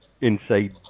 inside